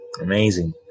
Amazing